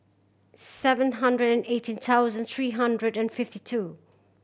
seven hundred eighteen thousand three hundred and fifty two